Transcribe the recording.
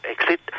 exit